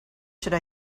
should